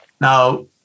Now